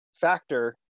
factor